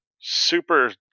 super